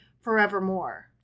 forevermore